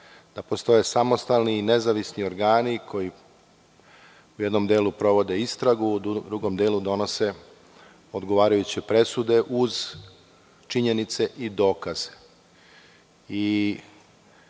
da postoje samostalni i nezavisni organi koji u jednom delu sprovode istragu, u drugom delu donose odgovarajuće presude uz činjenice i dokaze.